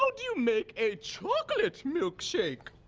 so do you make a chocolate milkshake?